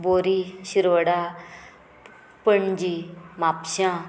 बोरी शिरोडा पणजी म्हापश्यां